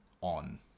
on